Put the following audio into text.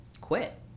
quit